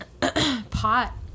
pot